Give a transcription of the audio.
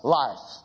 life